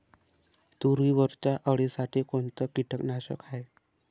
तुरीवरच्या अळीसाठी कोनतं कीटकनाशक हाये?